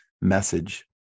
message